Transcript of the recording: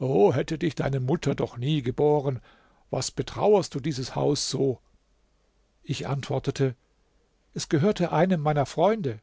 o hätte dich deine mutter doch nie geboren was betrauerst du dieses haus so ich antwortete es gehörte einem meiner freunde